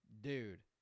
dude